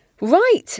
Right